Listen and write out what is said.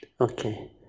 Okay